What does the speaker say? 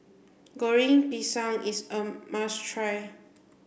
Goreng Pisang is a must try